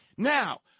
Now